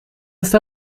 ist